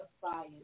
fire